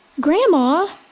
Grandma